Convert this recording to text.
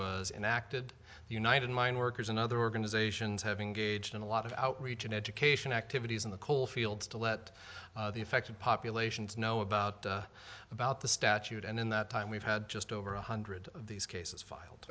was enacted the united mine workers and other organizations have engaged in a lot of outreach and education activities in the coal fields to let the affected populations know about the about the statute and in that time we've had just over one hundred of these cases filed